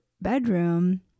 bedroom